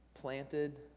planted